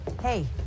hey